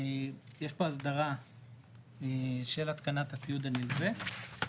יש פה הסדרה של התקנת הציוד הנלווה,